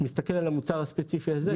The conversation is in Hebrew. מסתכל על המוצר הספציפי הזה.